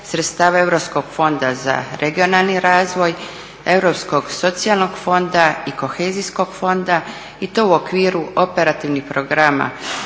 sredstava europskog fonda za regionalni razvoj, europskog socijalnog fonda i kohezijskog fonda i to u okviru operativnih programa,